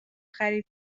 خرید